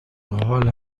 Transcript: حال